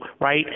Right